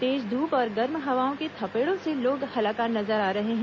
तेज धूप और गर्म हवाओं के थपेड़ों से लोग हलाकान नजर आ रहे हैं